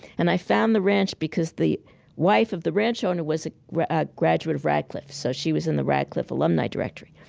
and i found the ranch because the wife of the ranch owner was a ah graduate of radcliffe, so she was in the radcliffe alumni directory.